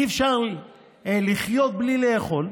אי-אפשר לחיות בלי לאכול,